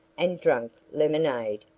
and drank lemonade,